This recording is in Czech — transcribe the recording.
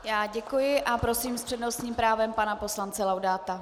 Já děkuji a prosím s přednostním právem pana poslance Laudáta...